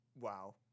wow